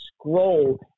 scroll